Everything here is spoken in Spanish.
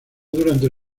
durante